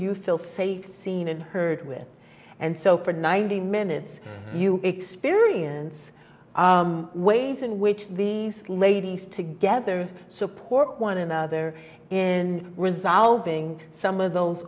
you feel safe seen and heard with and so for ninety minutes you experience ways in which these ladies together support one another in resolving some of those